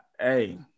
hey